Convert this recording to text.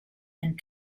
and